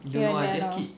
here and there lor